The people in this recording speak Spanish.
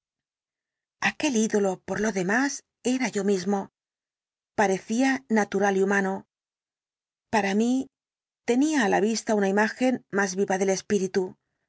aquel ídolo por lo demás era yo mismo parecía natural y humano para mí tenía á la vista una imagen más viva del espíritu